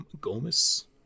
Gomez